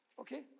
Okay